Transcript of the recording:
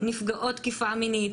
נפגעות תקיפה מינית,